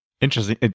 Interesting